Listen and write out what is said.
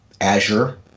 Azure